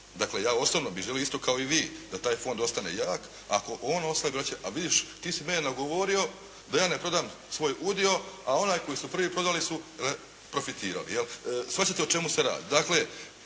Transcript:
dakle ja osobno bih želio isto kao i vi da taj fond ostane jak, ako on oslabi … a vidiš ti si mene nagovorio da ja ne prodam svoj udio, a oni koji su prvi prodali su profitirali jel'. Shvaćate o čemu se radi?